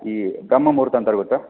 ಈ ಬ್ರಹ್ಮ ಮುಹೂರ್ತ ಅಂತಾರೆ ಗೊತ್ತಾ